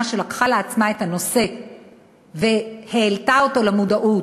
שלקחה לעצמה את הנושא והעלתה אותו למודעות,